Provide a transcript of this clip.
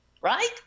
right